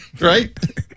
Right